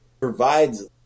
provides